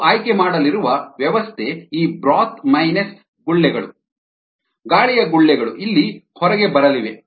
ನಾವು ಆಯ್ಕೆ ಮಾಡಲಿರುವ ವ್ಯವಸ್ಥೆ ಈ ಬ್ರೋತ್ ಮೈನಸ್ ಗುಳ್ಳೆಗಳು ಗಾಳಿಯ ಗುಳ್ಳೆಗಳು ಇಲ್ಲಿ ಹೊರಗೆ ಬರಲಿವೆ